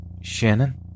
Shannon